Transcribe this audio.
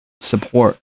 support